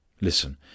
Listen